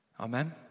Amen